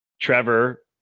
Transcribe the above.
Trevor